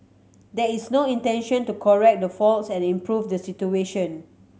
there is no intention to correct the faults and improve the situation